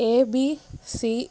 A B C